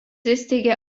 įsteigė